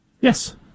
Yes